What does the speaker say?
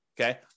okay